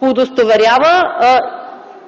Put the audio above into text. удостоверява